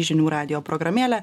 žinių radijo programėlę